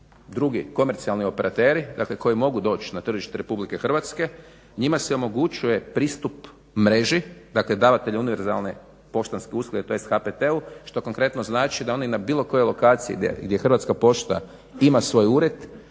drugi komercijalni operateri koji mogu doć na tržište RH njima se omogućuje pristup mreži dakle davatelja univerzalne poštanske usluge tj. HPT-u što konkretno znači da oni na bilo kojoj lokaciji gdje HP ima svoj ured,